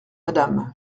madame